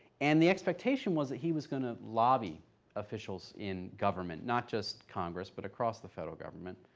and the expectation was that he was going to lobby officials in government, not just congress, but across the federal government.